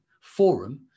forum